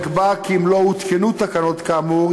נקבע כי אם לא הותקנו תקנות כאמור,